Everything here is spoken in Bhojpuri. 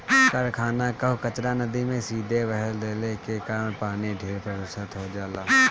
कारखाना कअ कचरा नदी में सीधे बहा देले के कारण पानी ढेर प्रदूषित हो जाला